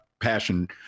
passion